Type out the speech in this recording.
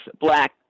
black